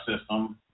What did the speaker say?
system